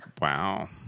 Wow